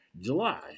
July